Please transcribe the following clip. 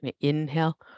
Inhale